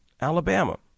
Alabama